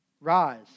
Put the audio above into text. Rise